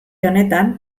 honetan